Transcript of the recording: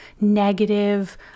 negative